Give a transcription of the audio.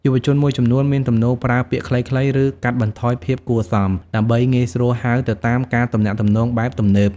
យុវជនមួយចំនួនមានទំនោរប្រើពាក្យខ្លីៗ ឬកាត់បន្ថយភាពគួរសម ដើម្បីងាយស្រួលហៅទៅតាមការទំនាក់ទំនងបែបទំនើប។